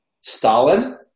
Stalin